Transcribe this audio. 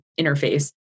interface